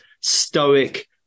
stoic